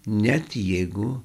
net jeigu